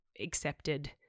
accepted